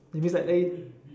that means like let it